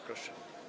Proszę.